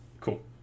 cool